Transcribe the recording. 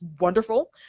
wonderful